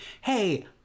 hey